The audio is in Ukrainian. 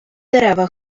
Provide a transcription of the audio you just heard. дерева